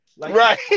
Right